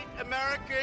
American